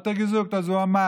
האט ער געזאגט, אז הוא אמר.